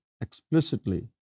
explicitly